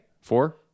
four